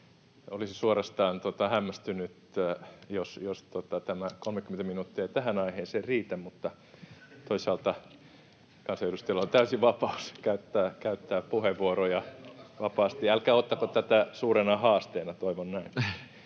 Olisin suorastaan hämmästynyt, jos tämä 30 minuuttia ei tähän aiheeseen riitä, mutta toisaalta kansanedustajilla on täysi vapaus käyttää puheenvuoroja vapaasti. Älkää ottako tätä suurena haasteena, toivon näin.